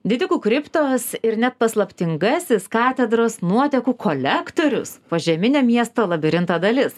didikų kriptos ir net paslaptingasis katedros nuotekų kolektorius požeminio miesto labirinto dalis